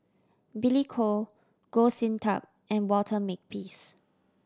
Billy Koh Goh Sin Tub and Walter Makepeace